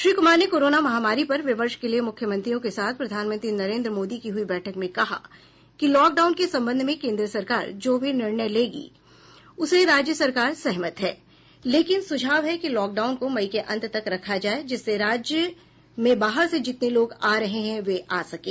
श्री कुमार ने कोरोना महामारी पर विमर्श के लिए मुख्यमंत्रियों के साथ प्रधानमंत्री नरेंद्र मोदी की हुई बैठक में कहा कि लॉकडाउन के संबंध में केंद्र सरकार जो भी निर्णय लेगी उससे राज्य सरकार सहमत है लेकिन सुझाव है कि लॉकडाउन को मई के अंत तक रखा जाये जिससे राज्य में बाहर से जितने लोग आ रहे हैं वे आ सकें